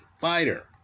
fighter